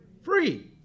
free